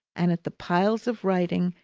and at the piles of writings,